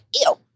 ew